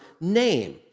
name